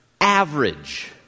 average